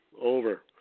over